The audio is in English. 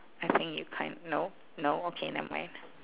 I think you can't nope no okay never mind